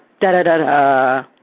da-da-da-da